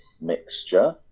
mixture